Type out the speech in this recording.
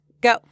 go